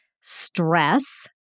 stress